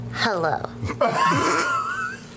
Hello